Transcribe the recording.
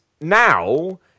now